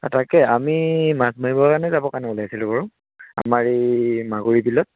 তাকে আমি মাছ মাৰিবৰ কাৰণে যাব কাৰণে ওলাইছিলোঁ বাৰু আমাৰ এই মাগুৰী বিলত